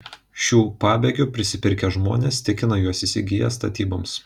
šių pabėgių prisipirkę žmonės tikina juos įsigiję statyboms